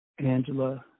Angela